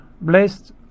Blessed